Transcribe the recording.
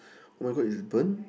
[oh]-my-god it's burnt